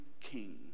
king